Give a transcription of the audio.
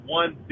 one